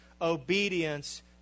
obedience